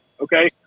okay